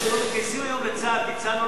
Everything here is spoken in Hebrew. איך עושים סדר אתם?